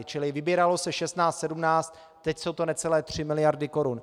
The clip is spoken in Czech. Čili vybíralo se šestnáct sedmnáct, teď jsou to necelé tři miliardy korun.